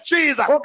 Jesus